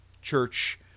Church